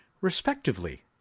respectively